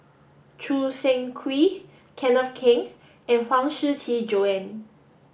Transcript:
Choo Seng Quee Kenneth Keng and Huang Shiqi Joan